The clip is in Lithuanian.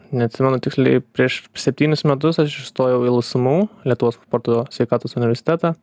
neatsimenu tiksliai prieš septynis metus aš įstojau į lsmu lietuvos sporto sveikatos universitetą